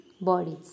bodies